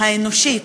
האנושית,